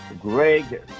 Greg